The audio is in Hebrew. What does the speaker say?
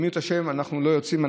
אם ירצה השם, אנחנו לא יוצאים.